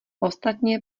ostatně